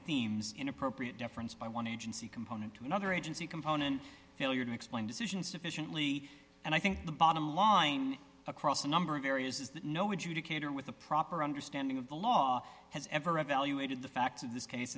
themes in appropriate deference by one agency component to another agency component failure to explain decisions sufficiently and i think the bottom line across a number of areas is that no would you decatur with a proper understanding of the law has ever evaluated the facts of this case